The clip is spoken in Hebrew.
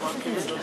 חברת הכנסת